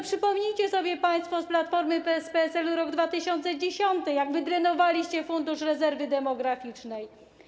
Przypomnijcie sobie państwo z Platformy, z PSL rok 2010, kiedy wydrenowaliście Fundusz Rezerwy Demograficznej.